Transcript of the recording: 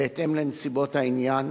בהתאם לנסיבות העניין,